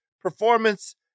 performance